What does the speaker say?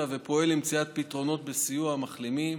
ופועל למציאת פתרונות בסיוע המחלימים,